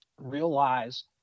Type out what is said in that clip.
realize